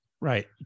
Right